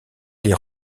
les